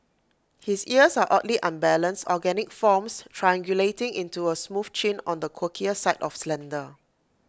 his ears are oddly unbalanced organic forms triangulating into A smooth chin on the quirkier side of slender